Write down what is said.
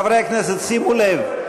חברי הכנסת, שימו לב,